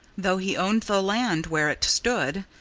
though he owned the land where it stood,